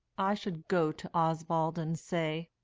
i should go to oswald and say,